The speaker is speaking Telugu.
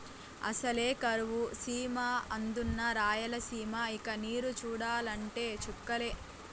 అసలే కరువు సీమ అందునా రాయలసీమ ఇక నీరు చూడాలంటే చుక్కలే